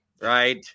Right